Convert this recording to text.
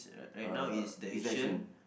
uh is the action